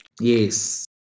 Yes